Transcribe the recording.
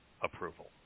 approval